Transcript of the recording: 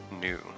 new